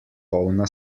polna